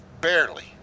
barely